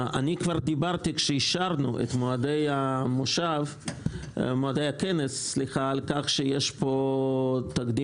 אני כבר דיברתי כשאישרנו את מועדי הכנס על כך שיש בו תקדים